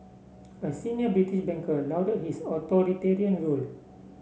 a senior British banker lauded his authoritarian rule